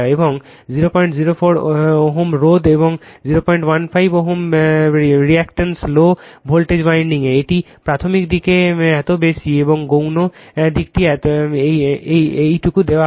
এবং 004 Ω রোধ এবং 015 Ω বিক্রিয়া লো ভোল্টেজ ওয়াইন্ডিংয়ে এটি প্রাথমিক দিকটি এত বেশি এবং গৌণ দিকটি এতটুকু দেওয়া হয়